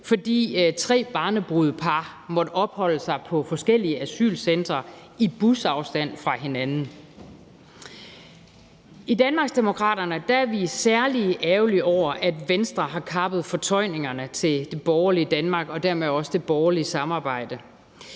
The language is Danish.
fordi tre barnebrudepar måtte opholde sig adskilt på forskellige asylcentre i busafstand fra hinanden. I Danmarksdemokraterne er vi særlig ærgerlige over, at Venstre har kappet fortøjningerne til det borgerlige Danmark og dermed også det borgerlige samarbejde.